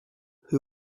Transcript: who